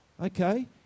Okay